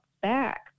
back